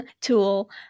tool